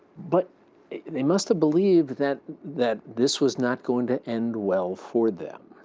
but they must have believed that that this was not going to end well for them.